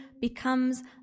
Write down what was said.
becomes